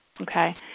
okay